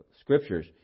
scriptures